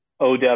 OW